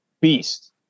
beast